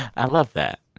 i love that.